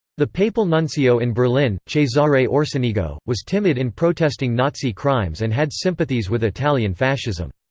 the papal nuncio in berlin, cesare orsenigo, was timid in protesting nazi crimes and had sympathies with italian fascism.